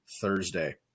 Thursday